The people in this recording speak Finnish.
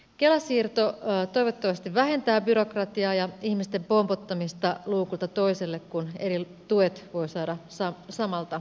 kela siirto toivottavasti vähentää byrokratiaa ja ihmisten pompottamista luukulta toiselle kun eri tuet voi saada samalta luukulta